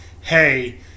hey